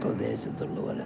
പ്രദേശത്തുള്ളപോലെ